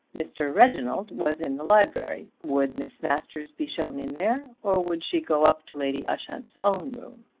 mr. reginald was in the library. would miss masters be shown in there, or would she go up to lady ushant's own room?